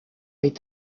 est